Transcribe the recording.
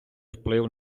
вплив